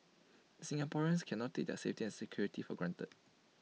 Singaporeans cannot take their safety and security for granted